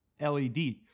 LED